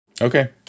Okay